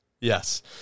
Yes